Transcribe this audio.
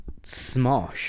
Smosh